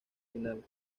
final